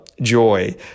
joy